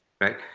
right